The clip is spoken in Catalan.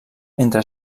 entre